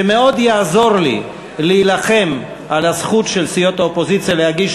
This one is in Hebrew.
שמאוד יעזור לי להילחם על הזכות של סיעות האופוזיציה להגיש